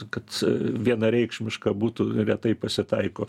kad vienareikšmiška būtų retai pasitaiko